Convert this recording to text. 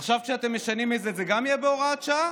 עכשיו, כשאתם משנים את זה, זה גם יהיה בהוראת שעה